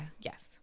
Yes